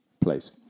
place